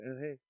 hey